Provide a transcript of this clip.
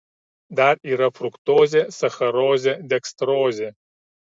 dar yra fruktozė sacharozė dekstrozė